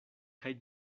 kaj